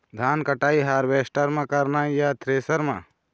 धान कटाई हारवेस्टर म करना ये या थ्रेसर म?